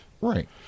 Right